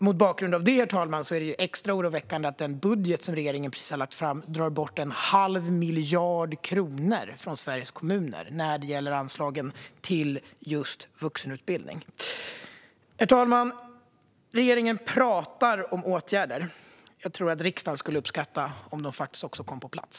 Mot bakgrund av detta, herr talman, är det extra oroväckande att man i den budget som regeringen precis har lagt fram drar bort en halv miljard kronor från Sveriges kommuner när det gäller anslagen till just vuxenutbildning. Herr talman! Regeringen pratar om åtgärder. Jag tror att riksdagen skulle uppskatta om de faktiskt också kom på plats.